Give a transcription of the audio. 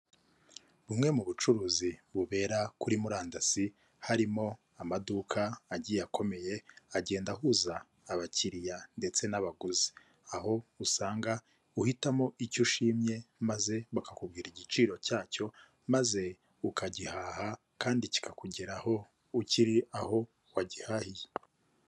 Bumwe mu bucuruzi bubera kuri murandasi harimo amaduka agiye akomeye, agenda ahuza abakiriya ndetse n'abaguzi, aho usanga uhitamo icyo ushimye maze bakakubwira igiciro cyacyo maze ukagihaha kandi kikakugeraho ukiri aho wagihahiye.